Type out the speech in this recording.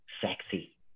sexy